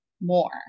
more